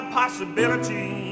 possibility